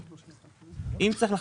(ב) מגבלת